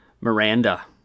Miranda